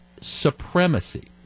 supremacy